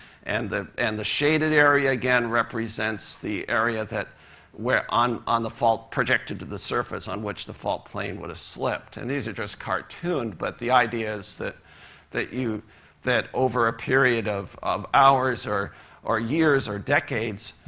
and the and the shaded area, again, represents the area that where on on the fault, projected to the surface on which the fault plain would have slipped. and these are just cartoon, but the idea is that you that over a period of of hours or or years or decades,